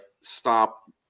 stop